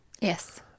Yes